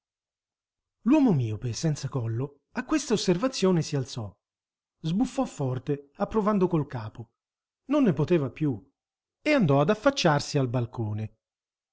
l'uomo miope senza collo a questa osservazione si alzò sbuffò forte approvando col capo non ne poteva più e andò ad affacciarsi al balcone